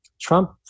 Trump